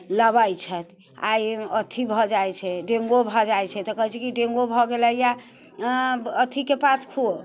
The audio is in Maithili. लबै छैथ आइ अथी भऽ जाइ छै डेंगूओ भऽ जाइ छै तऽ कहै छै कि डेंगू भऽ गेलैय अथीके पात खो